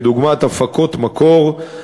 דוגמת הפקות מקור,